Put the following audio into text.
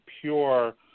pure